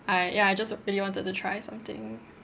I ya I just really wanted to try something